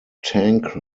tank